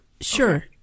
Sure